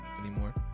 anymore